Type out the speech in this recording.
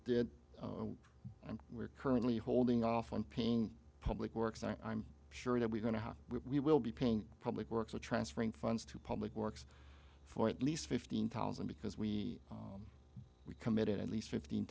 did and we're currently holding off on paying public works and i'm sure that we're going to have we will be paying public works of transferring funds to public works for at least fifteen thousand because we we committed at least fifteen